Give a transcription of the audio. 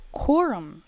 quorum